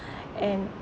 and